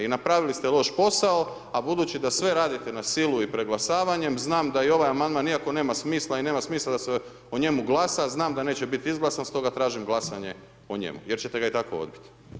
I napravili ste loš posao a budući da sve radite na silu i preglasavanjem, znam da i ovaj amandman nikako nema smisla i nema smisla da se o njemu glasa, znam da neće biti izglasan, stoga tražim glasanje o njemu jer ćete ga i tako odbit.